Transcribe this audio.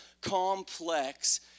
complex